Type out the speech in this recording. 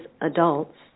adults